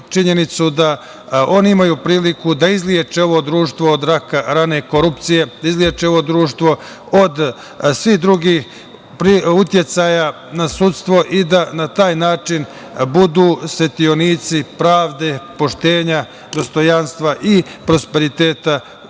da oni imaju priliku da izleče ovo društvo od raka rane korupcije, da izleče ovo društvo od svih drugih uticaja na sudstvo i da na taj način budu svetionici pravde, poštenja, dostojanstva i prosperiteta